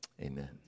Amen